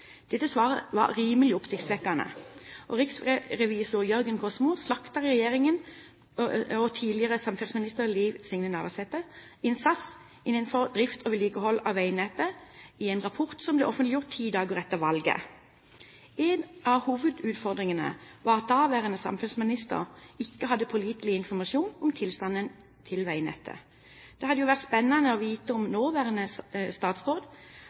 Dette svaret var rimelig oppsiktsvekkende. Riksrevisor Jørgen Kosmo slaktet regjeringens og tidligere samferdselsminister Liv Signe Navarsetes innsats innenfor drift og vedlikehold av veinettet i en rapport som ble offentliggjort ti dager etter valget. En av hovedutfordringene var at daværende samferdselsminister ikke hadde pålitelig informasjon om tilstanden på veinettet. Det hadde jo vært spennende å vite om nåværende statsråd